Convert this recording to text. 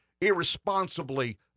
irresponsibly